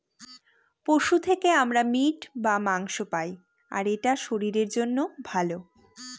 পশু থেকে আমরা মিট বা মাংস পায়, আর এটা শরীরের জন্য ভালো